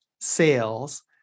sales